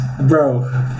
Bro